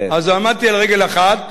אז עמדתי על רגל אחת,